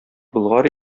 болгар